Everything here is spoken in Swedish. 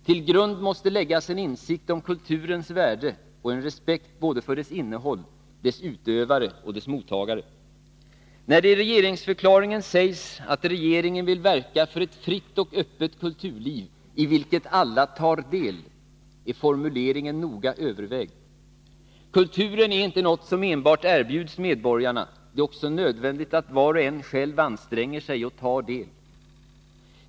Till grund måste läggas en insikt om kulturens värde och en respekt för både dess innehåll, dess utövare och dess mottagare. När det i regeringsförklaringen sägs att regeringen vill verka för ett fritt och öppet kulturliv i vilket alla tar del, är formuleringen noga övervägd. Kulturen är inte något som enbart erbjuds medborgarna, det är också nödvändigt att var och en själv anstränger sig och tar del.